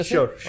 Sure